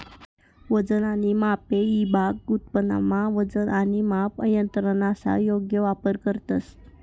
वजन आणि मापे ईभाग उत्पादनमा वजन आणि मापन यंत्रसना योग्य वापर करतंस